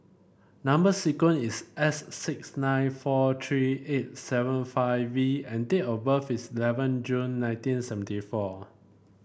number sequence is S six nine four three eight seven five V and date of birth is eleven June nineteen seventy four